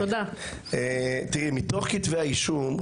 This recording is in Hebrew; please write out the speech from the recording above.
תראי מתוך כתבי האישום,